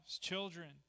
children